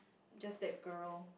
just that girl